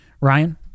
Ryan